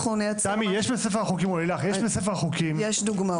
נייצר משהו --- יש בספר החוקים --- יש דוגמאות כאלה.